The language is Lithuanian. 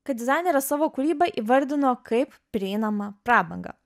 kad dizainerė savo kūrybą įvardino kaip prieinamą prabangą